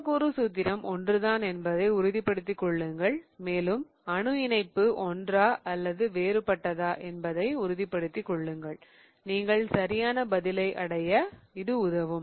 மூலக்கூறு சூத்திரம் ஒன்றுதான் என்பதை உறுதிப்படுத்திக் கொள்ளுங்கள் மேலும் அணு இணைப்பு ஒன்றா அல்லது வேறுபட்டதா என்பதை உறுதிப்படுத்திக் கொள்ளுங்கள் நீங்கள் சரியான பதிலை அடைய உதவும்